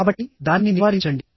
కాబట్టి దానిని నివారించండి